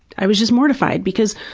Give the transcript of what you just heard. i was just mortified. because